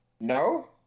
No